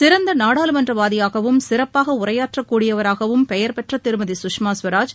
சிறந்த நாடாளுமன்றவாதியாகவும் சிறப்பாக உரையாற்றக் கூடியவராகவும் பெயர் பெற்ற திருமதி குஷ்மா ஸ்வராஜ்